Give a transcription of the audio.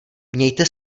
mějte